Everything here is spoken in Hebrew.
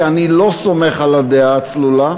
כי אני לא סומך על הדעה הצלולה,